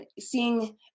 seeing